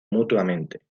mutuamente